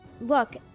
Look